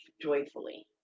joyfully